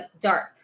Dark